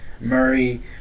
murray